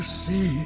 see